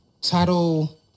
title